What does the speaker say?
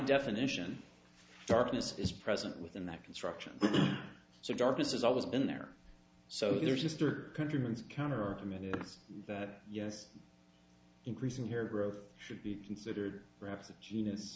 definition darkness is present within that construction so darkness has always been there so there's just or countryman's counterargument is that yes increasing your growth should be considered perhaps a genus